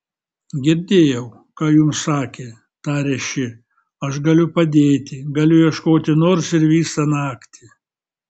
girdėjau ką jums sakė tarė ši aš galiu padėti galiu ieškoti nors ir visą naktį